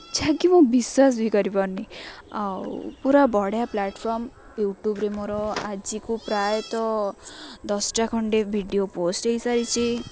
ଯାହାକି ମୁଁ ବିଶ୍ୱାସ ବି କରିପାରୁନି ଆଉ ପୁରା ବଢ଼ିଆ ପ୍ଲାଟ୍ଫର୍ମ୍ ୟୁଟ୍ୟୁବ୍ରେ ମୋର ଆଜିକୁ ପ୍ରାୟତଃ ଦଶଟା ଖଣ୍ଡେ ଭିଡ଼ିଓ ପୋଷ୍ଟ୍ ହୋଇସାରିଛି